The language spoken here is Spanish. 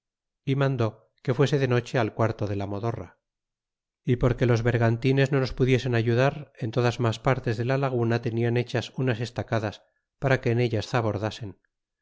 y mandó que fuese de noche al quarto de la modorra y porque los bergantines no nos pudiesen ayudar en todas mas partes de la laguna tenían hechas unas estacadas para que en ellas zabordasen